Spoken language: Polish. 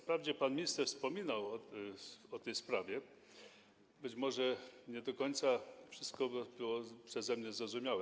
Wprawdzie pan minister wspominał o tej sprawie, ale być może nie do końca wszystko było przeze mnie zrozumiane.